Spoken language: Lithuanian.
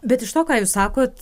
bet iš to ką jūs sakot